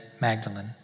Magdalene